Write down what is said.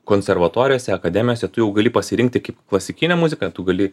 konservatorijose akademijose tu jau gali pasirinkti kaip klasikinę muziką tu gali